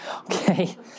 Okay